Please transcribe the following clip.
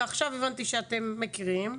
ועכשיו הבנתי שאתם מכירים,